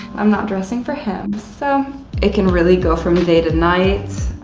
i'm not dressing for him. so it can really go from day to night.